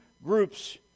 groups